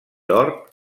hort